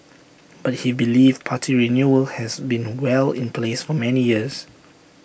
but he believes party renewal has been well in place for many years